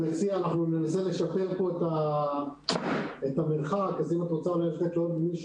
ננסה לשפר את המרחק, אז אולי תעברו בינתיים למישהו